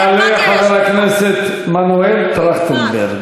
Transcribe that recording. יעלה חבר הכנסת מנואל טרכטנברג,